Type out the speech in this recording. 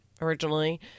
originally